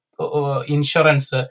insurance